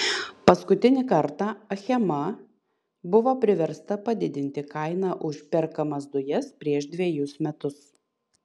paskutinį kartą achema buvo priversta padidinti kainą už perkamas dujas prieš dvejus metus